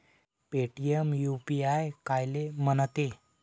Paytm UPI कायले म्हनते?